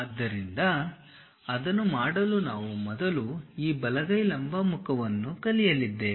ಆದ್ದರಿಂದ ಅದನ್ನು ಮಾಡಲು ನಾವು ಮೊದಲು ಈ ಬಲಗೈ ಲಂಬ ಮುಖವನ್ನು ಕಲಿಯಲಿದ್ದೇವೆ